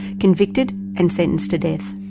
convicted and sentenced to death.